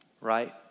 Right